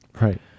Right